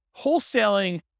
wholesaling